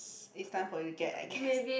it's time for you to get I guess